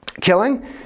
killing